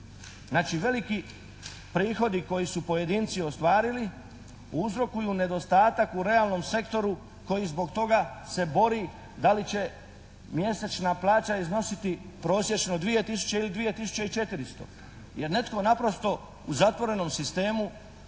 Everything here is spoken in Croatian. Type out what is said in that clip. Znači, veliki prihodi koje su pojedinci ostvarili uzrokuju nedostatak u realnom sektoru koji zbog toga se bori da li će mjesečna plaća iznositi prosječno 2 tisuće ili 2 tisuće i 400 jer netko naprosto u zatvorenom sistemu